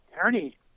Ernie